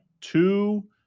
two